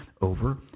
over